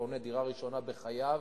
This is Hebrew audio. שקונה דירה ראשונה בחייו